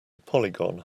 polygon